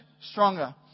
stronger